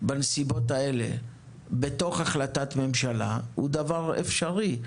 בנסיבות האלה, בתוך החלטת ממשלה היא דבר אפשרי.